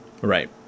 Right